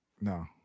No